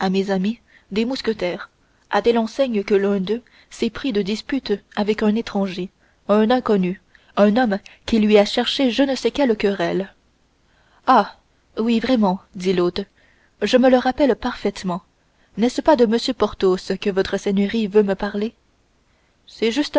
des amis à des mousquetaires à telle enseigne que l'un d'eux s'est pris de dispute avec un étranger un inconnu un homme qui lui a cherché je ne sais quelle querelle ah oui vraiment dit l'hôte et je me le rappelle parfaitement n'est-ce pas de m porthos que votre seigneurie veut me parler c'est justement